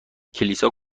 کلیسا